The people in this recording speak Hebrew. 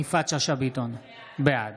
(קורא בשמות חברי הכנסת) יפעת שאשא ביטון, בעד